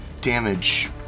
damage